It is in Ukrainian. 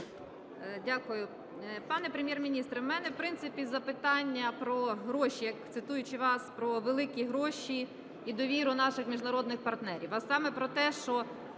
Дякую. Пане Прем'єр-міністр, в мене, в принципі, запитання про гроші, цитуючи вас, про великі гроші, і довіру наших міжнародних партнерів.